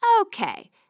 Okay